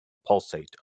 pulsate